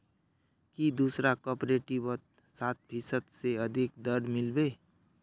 की दूसरा कॉपरेटिवत सात फीसद स अधिक दर मिल बे